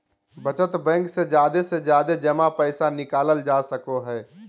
बचत बैंक से जादे से जादे जमा पैसा निकालल जा सको हय